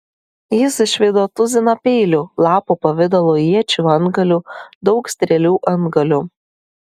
jis išvydo tuziną peilių lapo pavidalo iečių antgalių daug strėlių antgalių